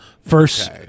first